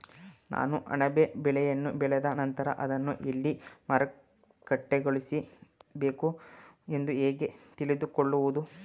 ನಾನು ಅಣಬೆ ಬೆಳೆಯನ್ನು ಬೆಳೆದ ನಂತರ ಅದನ್ನು ಎಲ್ಲಿ ಮಾರುಕಟ್ಟೆಗೊಳಿಸಬೇಕು ಎಂದು ಹೇಗೆ ತಿಳಿದುಕೊಳ್ಳುವುದು?